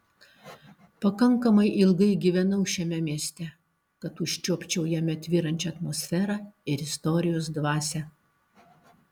pakankamai ilgai gyvenau šiame mieste kad užčiuopčiau jame tvyrančią atmosferą ir istorijos dvasią